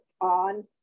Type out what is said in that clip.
on